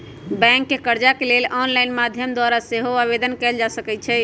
bank से कर्जा के लेल ऑनलाइन माध्यम द्वारा सेहो आवेदन कएल जा सकइ छइ